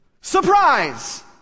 Surprise